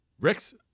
Rex